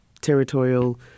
territorial